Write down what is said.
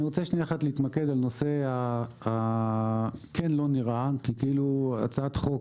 אני רוצה להתמקד בנושא ה"כן לא נראה" כי הצעת חוק,